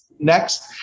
next